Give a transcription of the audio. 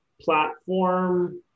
platform